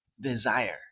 desire